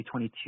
2022